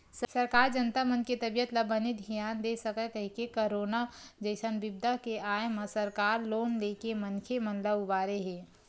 सरकार जनता मन के तबीयत ल बने धियान दे सकय कहिके करोनो जइसन बिपदा के आय म सरकार लोन लेके मनखे मन ल उबारे हे